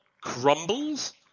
crumbles